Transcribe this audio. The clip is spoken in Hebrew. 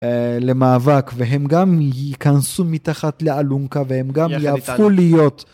למאבק והם גם ייכנסו מתחת לאלונקה והם גם יהפכו להיות.